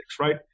right